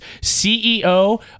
CEO